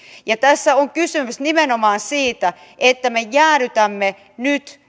ja tässä on kysymys nimenomaan siitä että me jäädytämme nyt